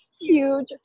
huge